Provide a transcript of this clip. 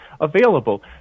available